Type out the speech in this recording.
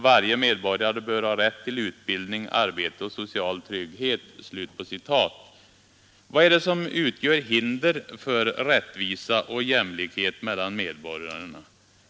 Varje medborgare bör ha rätt till utbildning, arbete och social trygghet.” Vad är det som utgör hinder för rättvisa och jämlikhet mellan medborgarna?